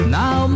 now